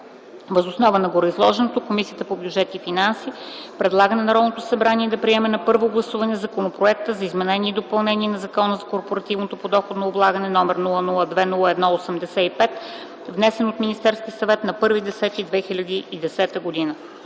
Въз основа на гореизложеното Комисията по бюджет и финанси предлага на Народното събрание да приеме на първо гласуване Законопроекта за изменение и допълнение на Закона за корпоративното подоходно облагане, № 002-01-85, внесен от Министерския съвет на 1 октомври